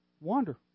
wander